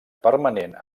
permanent